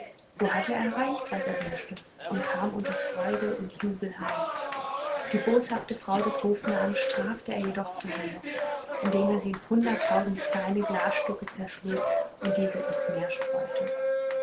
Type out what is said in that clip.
so hatte er erreicht was er wünschte und kam unter freude und jubel heim die boshafte frau des hofnarren strafte er jedoch vorher noch indem er sie in hunderttausend kleine glasstücke zerschlug und diese ins meer streute